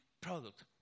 product